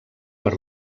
per